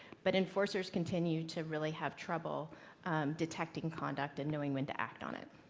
but enforcers continue to really have trouble detecting conduct and knowing when to act on it.